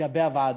לגבי הוועדות.